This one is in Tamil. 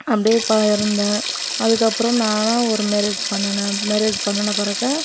அப்படியே ப இருந்தேன் அதுக்கப்புறம் நானாக ஒரு மேரேஜி பண்ணுனேன் மேரேஜி பண்ணின பிறகு